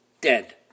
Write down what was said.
dead